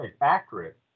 accurate